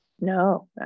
no